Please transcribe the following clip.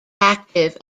active